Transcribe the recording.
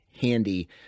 handy